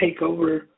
TakeOver